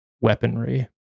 weaponry